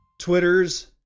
Twitter's